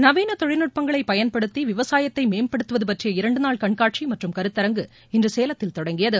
நவீன தொழில்நுட்பங்களைப் பயன்படுத்தி விவசாயத்தை மேம்படுத்துவது பற்றிய இரண்டு நாள் கண்காட்சி மற்றும் கருத்தரங்கு இன்று சேலத்தில் தொடங்கியது